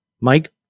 Mike